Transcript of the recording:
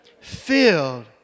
Filled